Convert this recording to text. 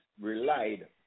relied